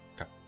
Okay